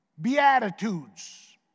beatitudes